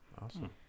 awesome